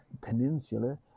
Peninsula